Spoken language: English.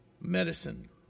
Medicine